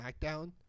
SmackDown